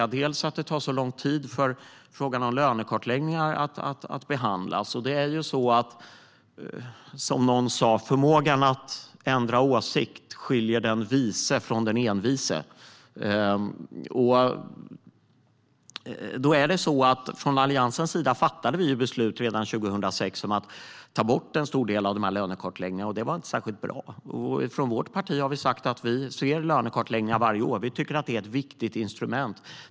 Vi tycker bland annat att det tar för lång tid för frågan om lönekartläggningar att behandlas. Förmågan att ändra åsikt skiljer den vise från den envise, som någon sa. Från Alliansens sida fattade vi redan 2006 beslut om att ta bort en stor del av lönekartläggningarna, och det var inte särskilt bra. Från vårt parti har vi sagt att vi vill ha lönekartläggningar varje år. Vi tycker att det är ett viktigt instrument.